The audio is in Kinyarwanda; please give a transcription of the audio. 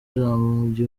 ijambo